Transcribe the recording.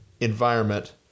environment